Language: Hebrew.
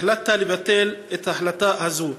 החלטת לבטל את ההחלטה הזו.